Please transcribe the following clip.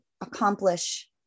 accomplish